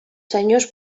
senyors